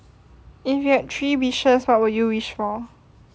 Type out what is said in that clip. if you had three wishes what will you wish for